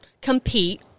compete